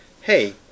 hey